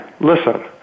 listen